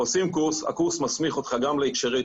עושים קורס, הקורס מסמיך אותך גם להקשרי